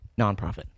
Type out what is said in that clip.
nonprofit